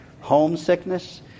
homesickness